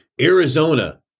Arizona